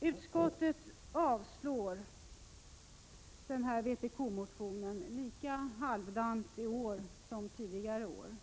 Utskottet avstyrker vpk-motionen lika halvdant i år som tidigare år.